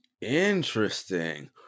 Interesting